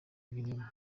ibinyoma